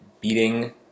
beating